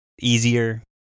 easier